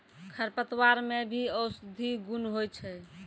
खरपतवार मे भी औषद्धि गुण होय छै